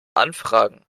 anfragen